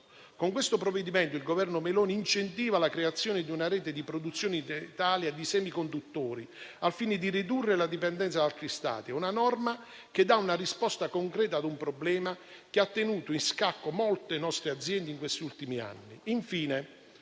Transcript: Con questo provvedimento, il Governo Meloni incentiva la creazione di una rete di produzione in Italia di semiconduttori al fine di ridurre la dipendenza da altri Stati. È una norma che dà una risposta concreta ad un problema che ha tenuto sotto scacco molte nostre aziende in questi ultimi anni.